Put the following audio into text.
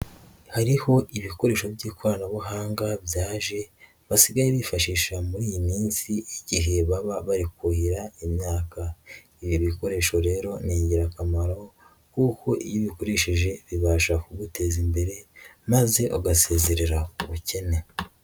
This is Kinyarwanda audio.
Hariho ibikoresho by'ikoranabuhanga byaje basigaye bifashisha muri iyi minsi igihe baba bari kuhira imyaka. Ibi bikoresho rero ni ingirakamaro kuko iyo ubiguze bibasha kuguteza imbere maze ugasezerera ubukene.